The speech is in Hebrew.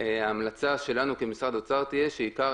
ההמלצה שלנו כמשרד אוצר תהיה שעיקר